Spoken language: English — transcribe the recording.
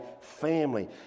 family